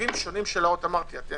מסוגים שונים למשל,